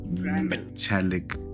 metallic